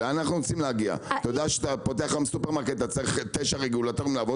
אתה יודע כשאתה פותח סופרמרקט אתה צריך לעבוד מול תשעה רגולטורים,